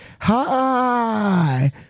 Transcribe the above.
Hi